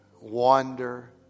Wander